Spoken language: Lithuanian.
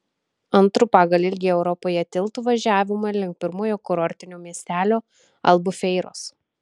antru pagal ilgį europoje tiltu važiavome link pirmojo kurortinio miestelio albufeiros